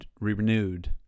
renewed